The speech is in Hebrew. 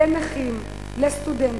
לנכים, לסטודנטים,